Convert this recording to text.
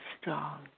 strong